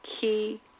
Key